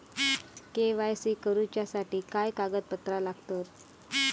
KYC करूच्यासाठी काय कागदपत्रा लागतत?